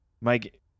Mike